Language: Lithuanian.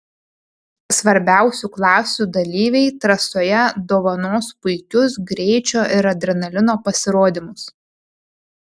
svarbiausių klasių dalyviai trasoje dovanos puikius greičio ir adrenalino pasirodymus